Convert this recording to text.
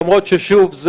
למרות ששוב,